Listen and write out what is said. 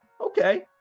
Okay